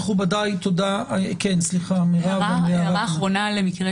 הערה אחרונה למקרה